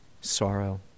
sorrow